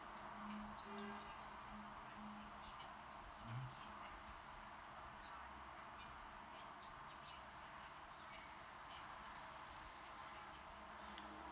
mmhmm